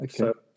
okay